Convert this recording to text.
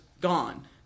gone